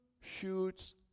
shoots